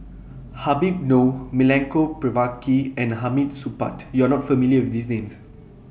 Habib Noh Milenko Prvacki and Hamid Supaat YOU Are not familiar with These Names